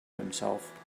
himself